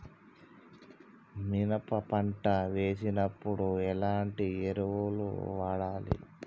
మినప పంట వేసినప్పుడు ఎలాంటి ఎరువులు వాడాలి?